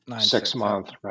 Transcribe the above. six-month